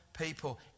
people